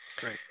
great